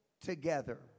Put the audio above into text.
together